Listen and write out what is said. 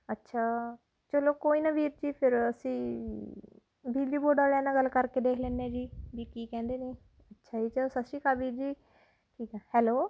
ਅੱਛਾ ਚਲੋ ਕੋਈ ਨਾ ਵੀਰ ਜੀ ਫਿਰ ਅਸੀਂ ਬਿਜਲੀ ਬੋਰਡ ਵਾਲਿਆਂ ਨਾਲ ਗੱਲ ਕਰਕੇ ਦੇਖ ਲੈਂਦੇ ਜੀ ਵੀ ਕੀ ਕਹਿੰਦੇ ਨੇ ਅੱਛਾ ਜੀ ਚਲੋ ਸਤਿ ਸ਼੍ਰੀ ਅਕਾਲ ਵੀਰ ਜੀ ਠੀਕ ਹੈ ਹੈਲੋ